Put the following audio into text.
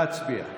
להצביע.